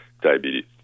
diabetes